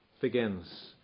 begins